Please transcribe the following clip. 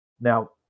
Now